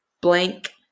blank